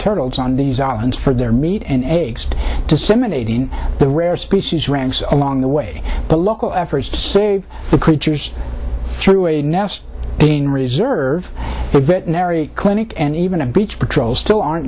turtles on these islands for their meat and eggs to simulating the rare species runs along the way the local efforts to save the creatures through a nest in reserve a veterinary clinic and even a beach patrol still aren't